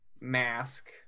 mask